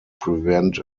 prevent